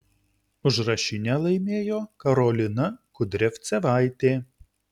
užrašinę laimėjo karolina kudriavcevaitė